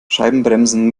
scheibenbremsen